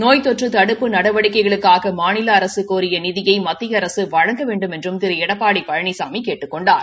நோய் தொற்றுதடுப்பு நடவடிக்கைகளுக்காக மாநில அரசு கோரிய நிதியை மத்திய அரசு வழங்க வேண்டுமென்றும் திரு எடப்பாடி பழனிசாமி கேட்டுக் கொண்டார்